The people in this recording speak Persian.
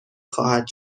خواهد